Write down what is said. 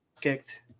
kicked